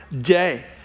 day